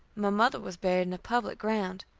my mother was buried in a public ground,